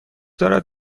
دارد